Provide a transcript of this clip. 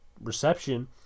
reception